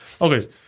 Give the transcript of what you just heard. Okay